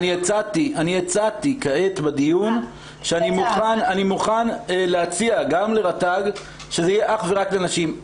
אני הצעתי כעת בדיון שאני מוכן להציע גם לרט"ג שזה יהיה אך ורק לנשים.